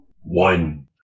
One